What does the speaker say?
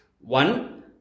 one